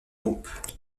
groupe